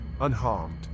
unharmed